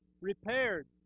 repaired